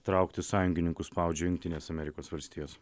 trauktis sąjungininkus spaudžia jungtinės amerikos valstijos